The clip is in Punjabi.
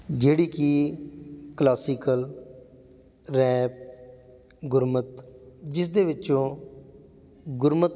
ਜਿਹੜੀ ਕਿ ਕਲਾਸੀਕਲ ਰੈਪ ਗੁਰਮਤ ਜਿਸਦੇ ਵਿੱਚੋਂ ਗੁਰਮਤਿ